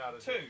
two